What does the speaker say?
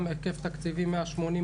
תאריך 19.06.2023,